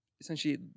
essentially